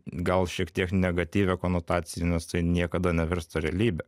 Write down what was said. gal šiek tiek negatyvią konotaciją nes tai niekada nevirsta realybe